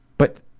but,